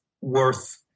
worth